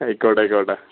ആയിക്കോട്ടെ ആയിക്കോട്ടെ